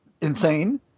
insane